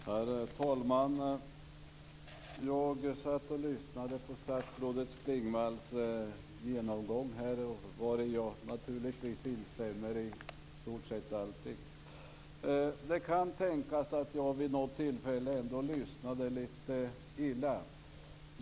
Herr talman! Jag satt och lyssnade på statsrådet Klingvalls genomgång, och jag instämmer naturligtvis i stort sett i allting. Det kan tänkas att jag vid något tillfälle lyssnade litet illa.